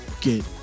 get